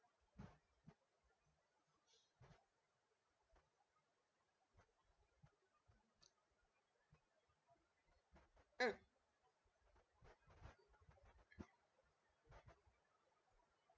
mm